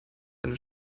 eine